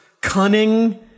cunning